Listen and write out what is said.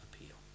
appeal